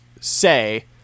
say